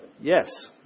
Yes